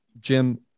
Jim